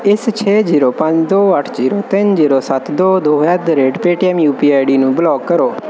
ਇਸ ਛੇ ਜ਼ੀਰੋ ਪੰਜ ਦੋ ਅੱਠ ਜ਼ੀਰੋ ਤਿੰਨ ਜ਼ੀਰੋ ਸੱਤ ਦੋ ਦੋ ਐਟ ਦੀ rate Paytm U P I ID ਨੂੰ ਬਲਾਕ ਕਰੋ